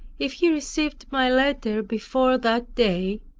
if he received my letter before that day,